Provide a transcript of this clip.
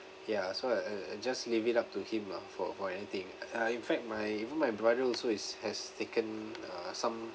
ya so I I I just leave it up to him lah for for anything uh in fact my even my brother also is has taken uh some